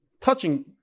touching